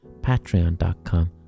Patreon.com